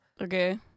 Okay